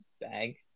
bag